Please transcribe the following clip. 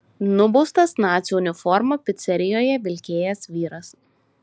nubaustas nacių uniformą picerijoje vilkėjęs vyras